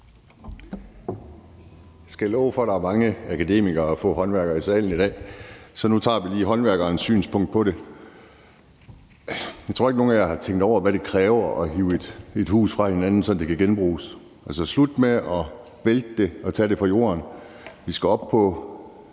Jeg skal love for, at der er mange akademikere og få håndværkere i salen i dag, så nu tager vi lige håndværkerens synspunkt på det. Jeg tror ikke, at nogen af jer har tænkt over, hvad det kræver at hive et hus fra hinanden, så det kan genbruges. Det er slut med at vælte det og tage materialerne fra jorden; man skal op og